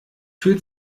fühlt